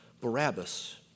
Barabbas